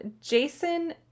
jason